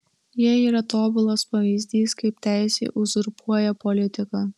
jie yra tobulas pavyzdys kaip teisė uzurpuoja politiką